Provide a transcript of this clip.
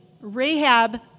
Rahab